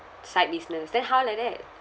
side business then how like that